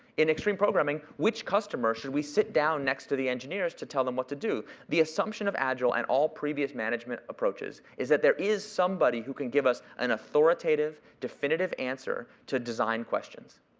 in extreme programming, which customer should we sit down next to the engineers to tell them what to do? the assumption of agile and all previous management approaches is that there is somebody who can give us an authoritative, definitive answer to design questions.